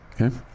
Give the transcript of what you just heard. Okay